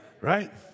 right